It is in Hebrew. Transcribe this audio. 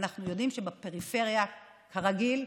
אנחנו יודעים שלפריפריה, כרגיל,